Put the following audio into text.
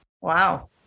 Wow